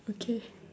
okay